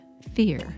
fear